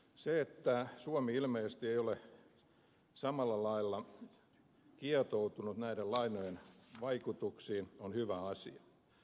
se että suomi ilmeisesti ei ole samalla lailla kietoutunut näiden lainojen vaikutuksiin on hyvä asia